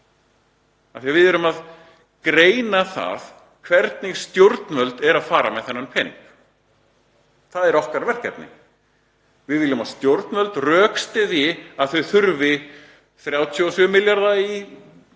að við erum að greina það hvernig stjórnvöld fara með þennan pening. Það er okkar verkefni. Við viljum að stjórnvöld rökstyðji hvers vegna þau þurfi 37 milljarða í málefni